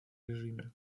режиме